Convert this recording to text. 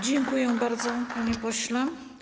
Dziękuję bardzo, panie pośle.